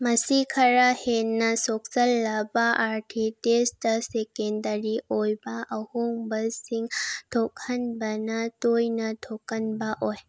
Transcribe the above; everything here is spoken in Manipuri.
ꯃꯁꯤ ꯈꯔ ꯍꯦꯟꯅ ꯁꯣꯛꯆꯤꯜꯂꯕ ꯑꯥꯔꯀꯤꯇꯦꯁꯇ ꯁꯦꯀꯦꯟꯗꯔꯤ ꯑꯣꯏꯕ ꯑꯍꯣꯡꯕꯁꯤꯡ ꯊꯣꯛꯍꯟꯕꯅ ꯇꯣꯏꯅ ꯊꯣꯛꯀꯟꯕ ꯑꯣꯏ